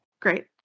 great